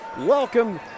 welcome